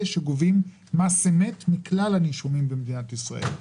שגובים מס אמת מכלל הנישומים במדינת ישראל.